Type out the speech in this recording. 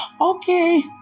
okay